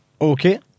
Okay